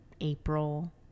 April